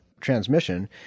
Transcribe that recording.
transmission